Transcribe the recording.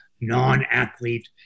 non-athlete